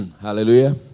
Hallelujah